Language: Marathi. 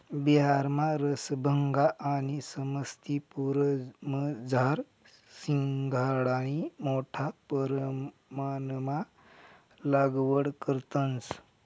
बिहारमा रसभंगा आणि समस्तीपुरमझार शिंघाडानी मोठा परमाणमा लागवड करतंस